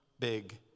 big